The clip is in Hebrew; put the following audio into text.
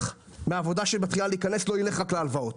מהעבודה שמתחילה להיכנס לא ילך רק להלוואות,